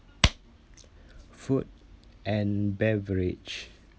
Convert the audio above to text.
food and beverage